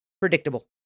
predictable